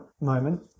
moment